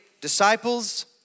disciples